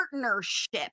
partnership